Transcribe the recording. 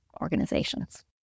organizations